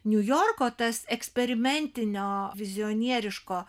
niujorko tas eksperimentinio vizionieriško